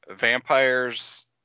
vampires